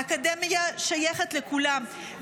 האקדמיה שייכת לכולם,